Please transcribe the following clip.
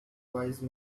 wise